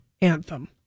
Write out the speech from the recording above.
anthem